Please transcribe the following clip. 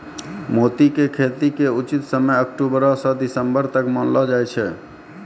मोती के खेती के उचित समय अक्टुबरो स दिसम्बर तक मानलो जाय छै